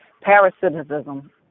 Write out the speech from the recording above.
parasitism